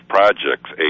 Projects